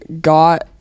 got